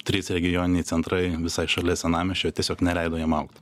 trys regioniniai centrai visai šalia senamiesčio tiesiog neleido jam augti